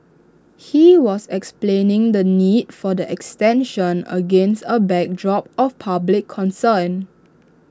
he was explaining the need for the extension against A backdrop of public concern